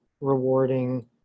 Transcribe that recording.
rewarding